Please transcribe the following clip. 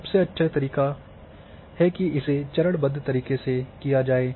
सबसे अच्छा तरीक़ा है कि इसे चरणबद्ध तरीक़े से किया जाए